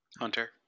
Hunter